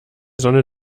sonne